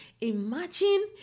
Imagine